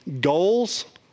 goals